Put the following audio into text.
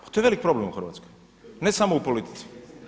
Pa to je veliki problem u Hrvatskoj, ne samo u politici.